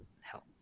help